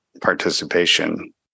participation